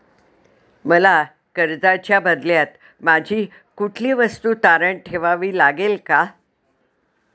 मला कर्जाच्या बदल्यात माझी कुठली वस्तू तारण ठेवावी लागेल का?